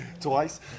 twice